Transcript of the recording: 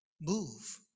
move